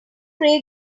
craig